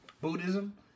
Buddhism